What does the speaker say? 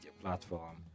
platform